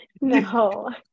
No